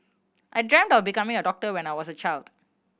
I dreamt of becoming a doctor when I was a child